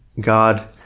God